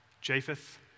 Japheth